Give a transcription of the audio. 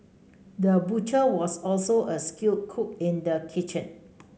the butcher was also a skilled cook in the kitchen